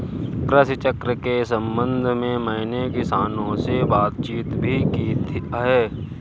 कृषि चक्र के संबंध में मैंने किसानों से बातचीत भी की है